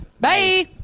Bye